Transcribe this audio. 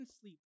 sleep